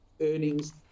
earnings